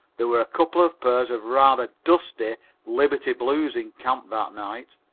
there were a couple of pairs of rather dusty liberty blues in camp that night.